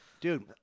dude